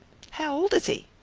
how old is he?